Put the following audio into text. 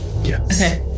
Yes